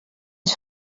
ens